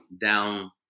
down